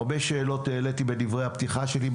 הרבה שאלות העליתי בדברי הפתיחה שלי,